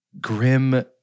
grim